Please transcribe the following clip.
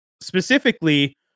specifically